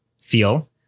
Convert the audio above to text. feel